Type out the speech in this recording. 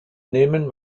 nehmen